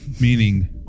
meaning